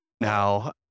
Now